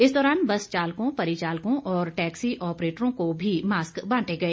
इस दौरान बस चालकों परिचालकों और टैक्सी ऑप्रेटरों को भी मास्क बांटे गए